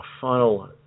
final